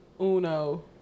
Uno